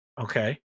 Okay